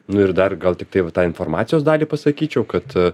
nu ir dar gal tiktai va tą informacijos dalį pasakyčiau kad